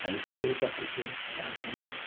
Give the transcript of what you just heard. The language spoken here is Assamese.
হাইস্কুল পাতিছে আৰু